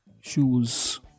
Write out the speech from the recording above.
Shoes